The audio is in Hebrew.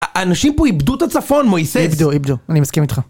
האנשים פה איבדו את הצפון מויסס איבדו איבדו אני מסכים איתך